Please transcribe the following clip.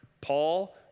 Paul